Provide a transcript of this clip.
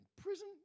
Prison